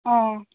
অঁ